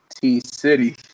T-City